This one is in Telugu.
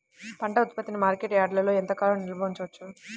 పంట ఉత్పత్తిని మార్కెట్ యార్డ్లలో ఎంతకాలం నిల్వ ఉంచవచ్చు?